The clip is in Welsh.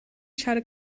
siarad